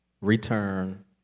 return